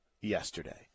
yesterday